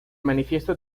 manifiesto